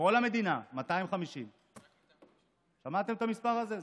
בכל המדינה 250. שמעתם את המספר הזה?